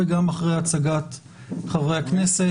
וגם אחרי הצגת חברי הכנסת.